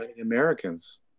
Americans